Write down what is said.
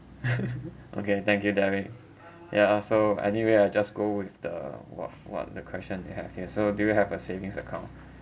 okay thank you derek okay ya uh so anyway I just go with the what what the question have here so do you have a savings account